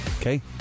Okay